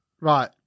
Right